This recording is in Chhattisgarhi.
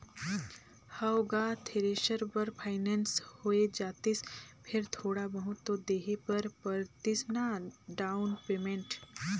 हव गा थेरेसर बर फाइनेंस होए जातिस फेर थोड़ा बहुत तो देहे बर परतिस ना डाउन पेमेंट